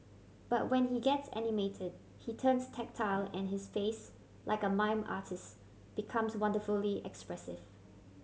but when he gets animated he turns tactile and his face like a mime artist becomes wonderfully expressive